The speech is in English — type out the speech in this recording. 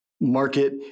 market